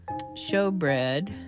showbread